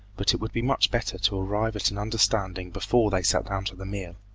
but it would be much better to arrive at an understanding before they sat down to the meal.